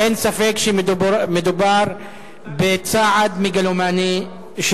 אין ספק שמדובר בצעד מגלומני,